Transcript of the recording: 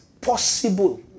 possible